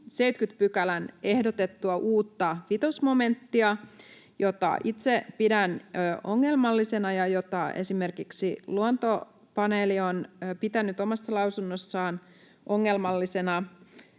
70 §:ään ehdotettua uutta vitosmomenttia, jota itse pidän ongelmallisena ja jota esimerkiksi Luontopaneeli on pitänyt omassa lausunnossaan ongelmallisena.